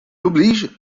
oblige